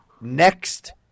next